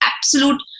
absolute